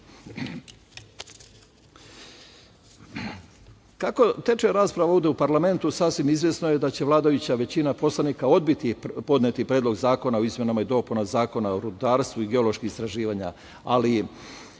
teče rasprava ovde u parlamentu sasvim izvesno je da će vladajuća većina poslanika odbiti podneti Predlog zakona o izmenama i dopunama Zakona o rudarstvu i geološkim istraživanjima, ali